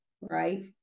right